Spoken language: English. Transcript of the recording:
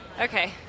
Okay